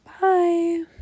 Bye